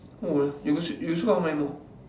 !wah! you also you also got how many more